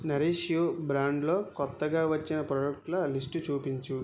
Nourish You బ్రాండ్లో కొత్తగా వచ్చిన ప్రోడక్టుల లిస్టు చూపించు